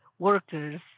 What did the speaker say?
Workers